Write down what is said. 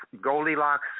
Goldilocks